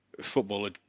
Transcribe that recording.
footballer